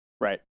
right